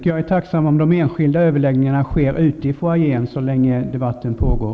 Jag är tacksam om de enskilda överläggningarna sker ute i foajén så länge debatten pågår.